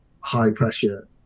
high-pressure